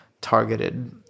targeted